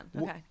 Okay